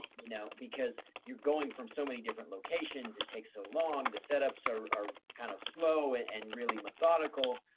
ah you know because you're going from so many different locations. it takes so long. the set ups are are kind of slow and really methodical.